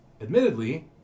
Admittedly